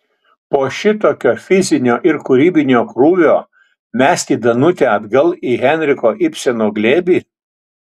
po šitokio fizinio ir kūrybinio krūvio mesti danutę atgal į henriko ibseno glėbį